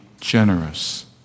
generous